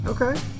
Okay